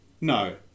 no